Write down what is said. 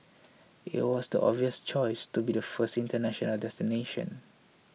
it was the obvious choice to be the first international destination